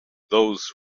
those